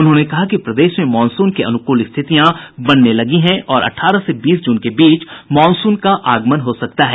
उन्होंने कहा कि प्रदेश में मॉनसून के अनुकूल स्थितियां बनने लगी हैं और अठारह से बीस जून के बीच मॉनसून का आगमन हो सकता है